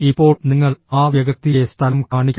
ഇപ്പോൾ നിങ്ങൾ ആ വ്യക ്തിയെ സ്ഥലം കാണിക്കണം